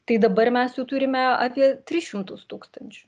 tai dabar mes jų turime apie tris šimtus tūkstančių